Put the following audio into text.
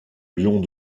lions